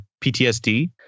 PTSD